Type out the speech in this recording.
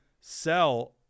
sell